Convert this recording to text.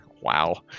wow